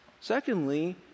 Secondly